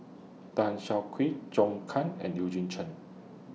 Tan Siak Kew Zhou Can and Eugene Chen